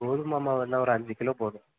கோதுமை மாவு என்ன ஒரு அஞ்சு கிலோ போதும்